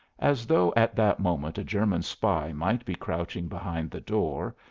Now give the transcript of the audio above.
as though at that moment a german spy might be crouching behind the door,